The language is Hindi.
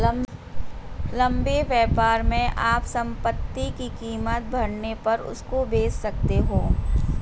लंबे व्यापार में आप संपत्ति की कीमत बढ़ने पर उसको बेच सकते हो